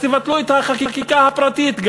אז תבטלו גם את החקיקה הפרטית,